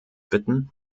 bitten